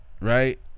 right